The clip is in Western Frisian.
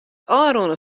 ôfrûne